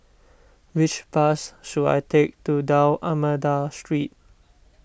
which bus should I take to D'Almeida Street